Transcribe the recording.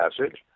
passage